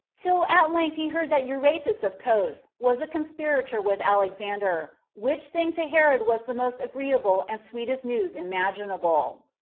till at length he heard that euaratus of cos was a conspirator with alexander which thing to herod was the most agreeable and sweetest news imaginable.